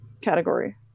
category